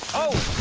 oh!